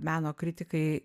meno kritikai